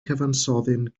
cyfansoddyn